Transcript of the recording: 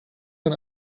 man